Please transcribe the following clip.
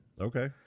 okay